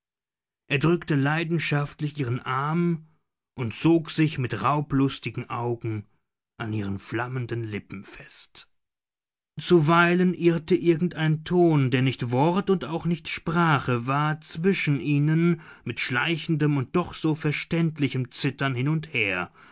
er drückte leidenschaftlich ihren arm und sog sich mit raublustigen augen an ihren flammenden lippen fest zuweilen irrte irgend ein ton der nicht wort und auch nicht sprache war zwischen ihnen mit schleichendem und doch so verständlichem zittern hin und her